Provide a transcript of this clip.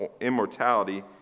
immortality